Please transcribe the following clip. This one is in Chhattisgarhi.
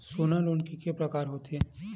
सोना लोन के प्रकार के होथे?